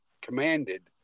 commanded